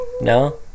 No